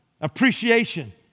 appreciation